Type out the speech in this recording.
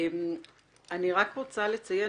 אני רק רוצה לציין